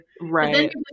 right